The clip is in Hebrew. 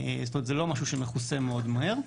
זאת אומרת שזה לא משהו שמכוסה מאוד מהר.